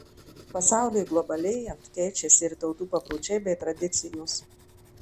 pasauliui globalėjant keičiasi ir tautų papročiai bei tradicijos